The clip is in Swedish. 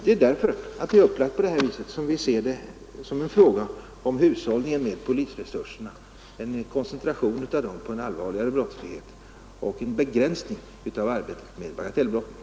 Det är med hänsyn till denna uppläggning vi ser detta som en fråga om hushållning med polisresurserna i syfte att få en koncentration av dessa till den allvarligare brottsligheten och en begränsning av deras handläggning av bagatellbrotten.